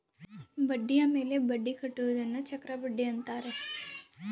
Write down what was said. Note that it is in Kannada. ಬಡ್ಡಿಯ ಮೇಲೆ ಬಡ್ಡಿ ಕಟ್ಟುವುದನ್ನ ಚಕ್ರಬಡ್ಡಿ ಅಂತಾರೆ